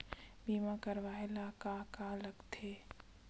बीमा करवाय ला का का लगथे?